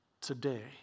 today